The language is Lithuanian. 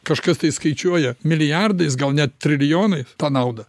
kažkas tai skaičiuoja milijardais gal net trilijonais tą naudą